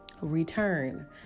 Return